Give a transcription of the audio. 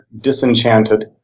Disenchanted